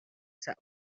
صعب